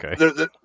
Okay